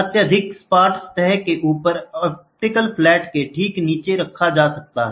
अत्यधिक सपाट सतह के ऊपर ऑप्टिकल फ्लैट के ठीक नीचे रखा जाता है